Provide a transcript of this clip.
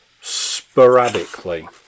sporadically